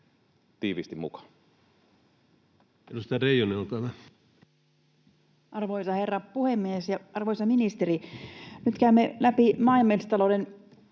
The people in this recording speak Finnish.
tiiviisti mukaan. Edustaja Reijonen, olkaa hyvä. Arvoisa herra puhemies ja arvoisa ministeri! Nyt käymme läpi maa‑ ja metsätalouden